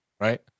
right